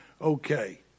okay